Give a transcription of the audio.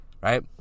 right